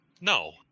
No